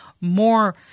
more